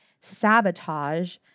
sabotage